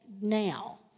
now